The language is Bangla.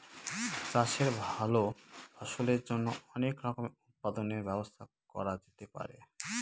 চাষের ভালো ফলনের জন্য অনেক রকমের উৎপাদনের ব্যবস্থা করা যেতে পারে